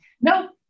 Nope